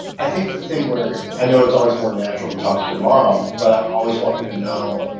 i think the thing where i know it's always more natural to talk to your mom, but i always want you to know.